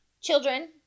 children